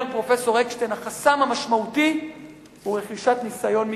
אומר פרופסור אקשטיין: החסם המשמעותי הוא רכישת ניסיון מקצועי.